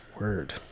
word